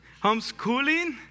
homeschooling